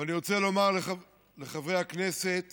אבל אני רוצה לומר לחברי הכנסת